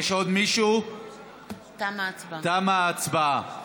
תמה ההצבעה.